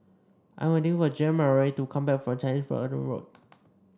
I'm waiting for Jeanmarie to come back from Chinese Garden Road